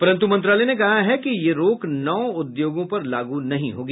परन्तु मंत्रालय ने कहा है कि यह रोक नौ उद्योगों पर लागू नहीं होगी